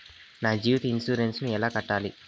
నా జీవిత ఇన్సూరెన్సు ఎలా కట్టాలి?